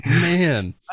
man